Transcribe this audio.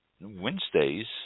Wednesdays